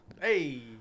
Hey